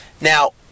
Now